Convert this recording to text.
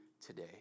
today